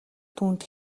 түүнд